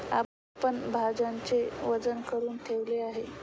आपण भाज्यांचे वजन करुन ठेवले आहे